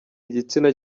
igitsina